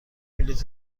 بلیت